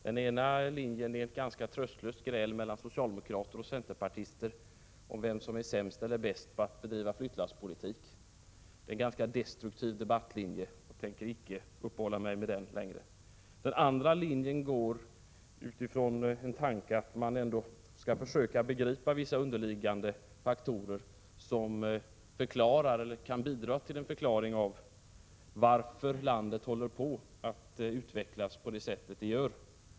Den ena är ett tröstlöst gräl mellan centerpartister och socialdemokrater om vem som är sämst och vem som är bäst på flyttlasspolitik. Det är en destruktiv debattlinje, och jag tänkte icke uppehålla mig vid den. Den andra går ut ifrån en tanke att man ändå skall försöka begripa vissa underliga faktorer som kan bidra till en förklaring till varför landet håller på att utvecklas som det gör.